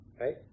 right